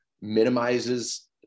minimizes